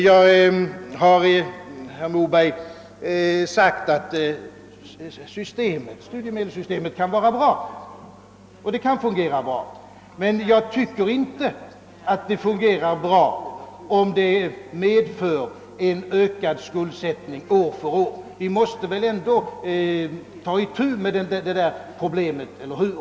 Jag har sagt, herr Moberg, att studiemedelssystemet kan fungera bra, men jag tycker inte att det fungerar bra om det medför en ökad skuldsättning år för år. Vi måste väl ändå ta itu med det problemet, eller hur?